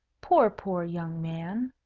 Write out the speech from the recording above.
poor, poor young man!